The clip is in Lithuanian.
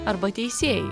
arba teisėjai